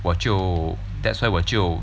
我就 that's why 我就